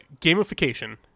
gamification